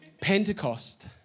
Pentecost